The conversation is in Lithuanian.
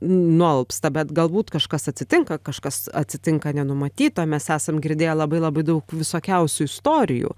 nualpsta bet galbūt kažkas atsitinka kažkas atsitinka nenumatyta mes esam girdėję labai labai daug visokiausių istorijų